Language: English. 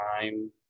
time